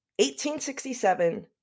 1867